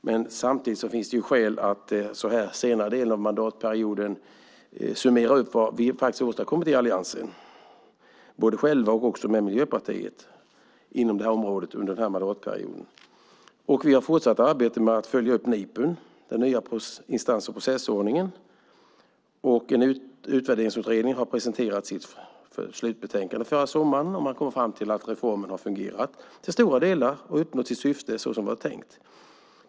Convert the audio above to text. Samtidigt finns det skäl att så här i senare delen av mandatperioden summera upp vad vi faktiskt har åstadkommit i Alliansen på det här området under mandatperioden, både själva och med Miljöpartiet. Vi har fortsatt arbetet med att följa upp NIPU:n, den nya instans och processordningen. Utvärderingsutredningen har presenterat sitt slutbetänkande förra sommaren, och man kom fram till att reformen har fungerat och till stora delar uppnått sitt syfte.